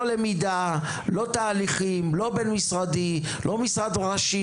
לא למידה; לא תהליכים; לא בין-משרדי; לא משרד ראשי